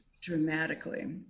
dramatically